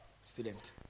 student